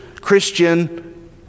Christian